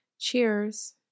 Cheers